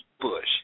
Bush